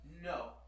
No